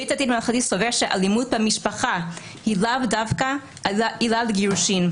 בית הדין הרבני סובר שאלימות במשפחה היא לאו דווקא עילה לגירושין.